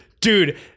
dude